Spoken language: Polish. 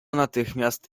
natychmiast